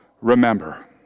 remember